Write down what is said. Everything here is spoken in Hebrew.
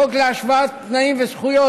החוק להשוואת תנאים וזכויות,